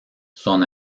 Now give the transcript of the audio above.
son